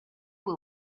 will